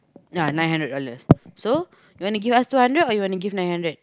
yeah nine hundred dollar so you want to give us two hundred or you want to give nine hundred